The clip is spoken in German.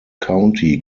county